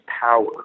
power